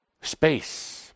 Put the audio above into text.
Space